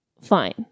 fine